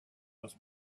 was